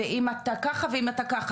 ואם אתה ככה ואם אתה ככה.